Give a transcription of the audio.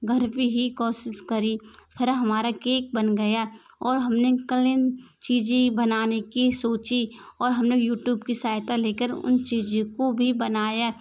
घर पे ही कोशिश करी फिर हमारा केक बन गया और हम ने कल इन चीज़ों बनाने का सोचा और हम ने यूट्यूब की सहायता ले कर उन चीज़ों को भी बनाया